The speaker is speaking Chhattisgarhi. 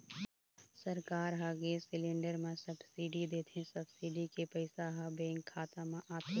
सरकार ह गेस सिलेंडर म सब्सिडी देथे, सब्सिडी के पइसा ह बेंक खाता म आथे